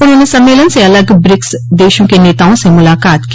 उन्होंने सम्मेलन से अलग ब्रिक्स देशों के नेताओं से मुलाकात की